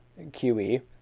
QE